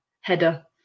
header